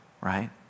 right